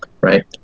right